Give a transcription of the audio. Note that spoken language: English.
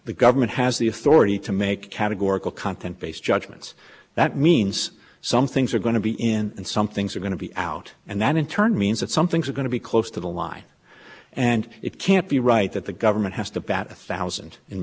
the government has the authority to make categorical content based judgments that means some things are going to be in and some things are going to be out and that in turn means that some things are going to be close to the line and it can't be right that the government has to bat a thousand